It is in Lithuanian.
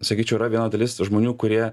sakyčiau yra viena dalis žmonių kurie